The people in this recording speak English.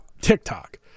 TikTok